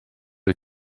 wyt